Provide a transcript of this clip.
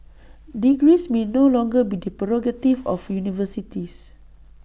degrees may no longer be the prerogative of universities